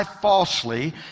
falsely